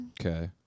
Okay